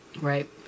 Right